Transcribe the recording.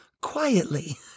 quietly